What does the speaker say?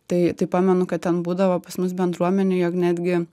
tai tai pamenu kad ten būdavo pas mus bendruomenėj jog netgi